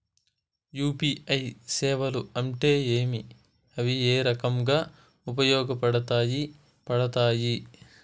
UPI సేవలు అంటే ఏమి, అవి ఏ రకంగా ఉపయోగపడతాయి పడతాయి?